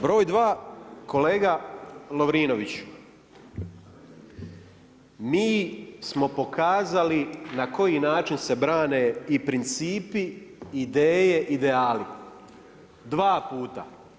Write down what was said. Broj dva, kolega Lovrinoviću, mi smo pokazali na koji način se brane i principi, ideje, ideali dva puta.